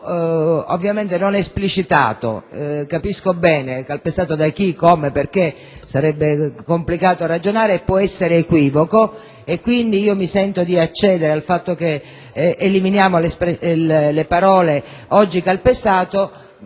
è un punto non esplicitato, capisco bene: calpestato da chi, come, perché? Sarebbe complicato ragionare e può essere equivoco e quindi mi sento di accedere alla richiesta di eliminare le parole «oggi calpestato».